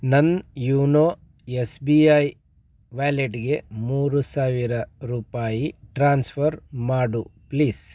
ನನ್ನ YONO S B I ವ್ಯಾಲೆಟ್ಗೆ ಮೂರು ಸಾವಿರ ರೂಪಾಯಿ ಟ್ರಾನ್ಸ್ಫರ್ ಮಾಡು ಪ್ಲೀಸ್